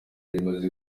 rimaze